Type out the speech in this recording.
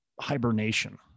hibernation